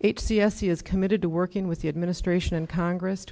eight c s c is committed to working with the administration and congress